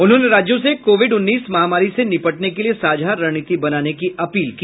उन्होंने राज्यों से कोविड उन्नीस महामारी से निपटने के लिये साझा रणनीति बनाने की अपील की